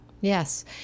Yes